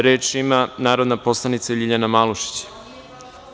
Reč ima narodna poslanika Ljiljana Malušić.